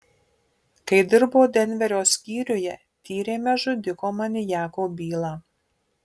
kai dirbau denverio skyriuje tyrėme žudiko maniako bylą